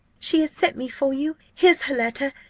she has sent me for you here's her letter.